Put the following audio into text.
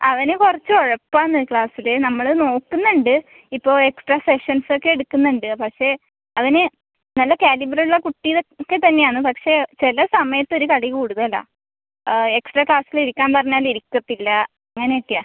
അവന് കുറച്ച് ഉഴപ്പാണ് ക്ലാസ്സിൽ നമ്മൾ നോക്കുന്നുണ്ട് ഇപ്പോൾ എക്സ്ട്രാ സെഷൻസ് ഒക്കെ എടുക്കുന്നുണ്ട് പക്ഷെ അവന് നല്ല കാലിബർ ഉള്ള കുട്ടി ഒക്കെ തന്നെ ആന്ന് പക്ഷെ ചില സമയത്ത് ഒരു കളി കൂടുതലാ എക്സ്ട്രാ ക്ലാസ്സിൽ ഇരിക്കാൻ പറഞ്ഞാൽ ഇരിക്കത്തില്ല അങ്ങനെ ഒക്കെയാ